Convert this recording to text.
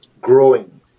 growing